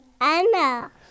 Anna